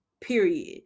period